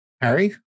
Harry